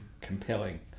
compelling